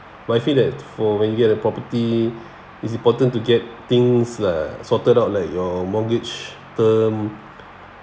my feel that for when you get a property it's important to get things like sorted out like your mortgage term